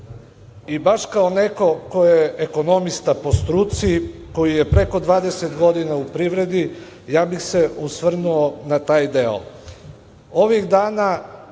kao neko ko je ekonomista po struci, ko je preko 20 godina u privredi, ja bih se osvrnuo na taj deo.